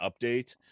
update